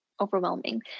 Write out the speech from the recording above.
overwhelming